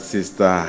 Sister